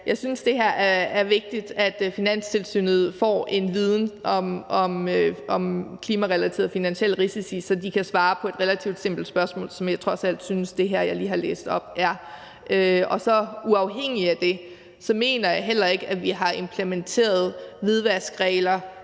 Jeg synes, det er vigtigt, at Finanstilsynet får en viden om klimarelaterede finansielle risici, så de kan svare på et relativt simpelt spørgsmål, som jeg trods alt synes det, jeg lige har læst op, er. Og uafhængigt af det mener jeg heller ikke, at vi har implementeret hvidvaskregler,